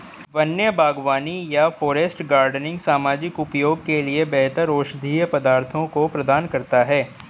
वन्य बागवानी या फॉरेस्ट गार्डनिंग सामाजिक उपयोग के लिए बेहतर औषधीय पदार्थों को प्रदान करता है